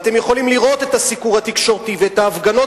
ואתם יכולים לראות את הסיפור התקשורתי ואת ההפגנות